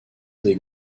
des